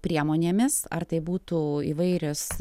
priemonėmis ar tai būtų įvairios